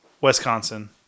Wisconsin